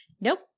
Nope